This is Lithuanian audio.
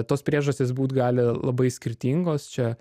tos priežastys būt gali labai skirtingos čia